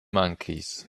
monkeys